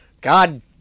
God